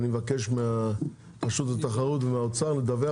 אני מבקש מרשות התחרות ומהאוצר לדווח